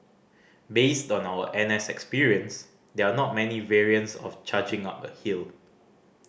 based on our N S experience there are not many variants of charging up a hill